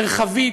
מרחבית,